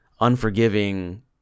unforgiving